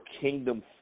Kingdom